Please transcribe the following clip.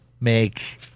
make